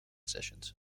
sessions